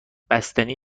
بسته